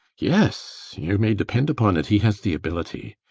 yes, you may depend upon it he has the ability!